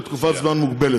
לתקופה מוגבלת.